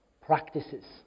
practices